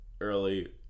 early